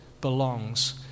belongs